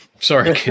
Sorry